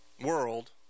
world